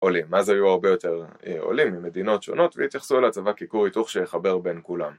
עולים. אז היו הרבה יותר עולים ממדינות שונות והתייחסו לצבא ככור היתוך שיחבר בין כולם.